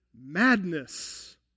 madness